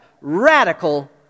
radical